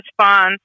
response